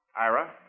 Ira